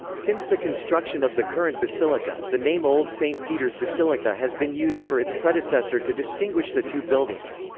since the construction of the current basilica, the name old st. peter's basilica has been used for its predecessor to distinguish the two buildings.